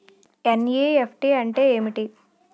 NEFT అంటే ఏమిటి?